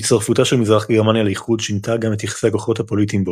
הצטרפותה של מזרח גרמניה לאיחוד שינתה גם את יחסי הכוחות הפוליטיים בו.